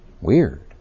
weird